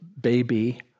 baby